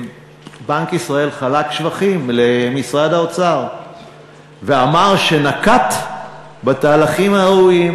בנק ישראל חלק שבחים למשרד האוצר ואמר שנקט את התהליכים הראויים.